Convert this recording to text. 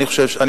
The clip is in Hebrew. אני חושב שכדאי